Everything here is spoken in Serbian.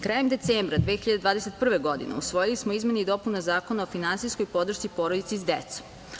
Krajem decembra 2021. godine usvojili smo izmene i dopune Zakona o finansijskoj podršci porodici s decom.